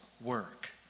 work